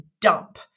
dump